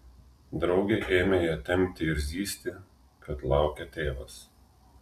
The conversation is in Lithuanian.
draugė ėmė ją tempti ir zyzti kad laukia tėvas